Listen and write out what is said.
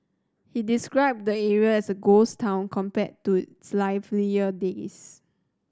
he described the area as a ghost town compared to its livelier days